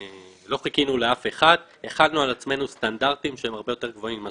לא חיכינו לאף אחד אלא החלנו על עצמנו סטנדרטים שהם הרבה יותר גבוהים.